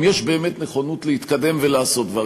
אם יש באמת נכונות להתקדם ולעשות דברים.